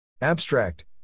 Abstract